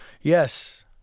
Yes